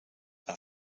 are